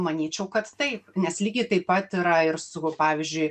manyčiau kad taip nes lygiai taip pat yra ir su va pavyzdžiui